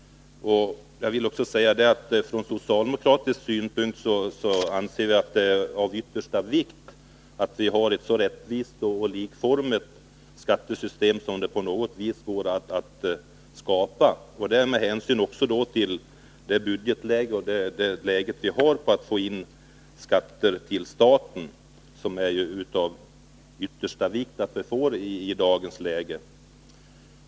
Jag vill också säga att det ur socialdemokratisk synpunkt är av yttersta vikt att vi har ett så rättvist och likformigt skattesystem som det över huvud taget går att skapa. Med hänsyn till det budgetläge vi har i dag är det också av yttersta vikt att vi får in skatter till staten.